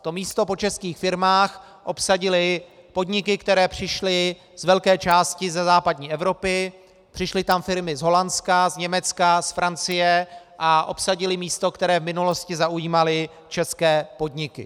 To místo po českých firmách obsadily podniky, které přišly z velké části ze západní Evropy, přišly tam firmy z Holandska, z Německa, z Francie a obsadily místo, které v minulosti zaujímaly české podniky.